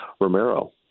Romero